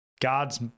God's